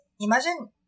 Imagine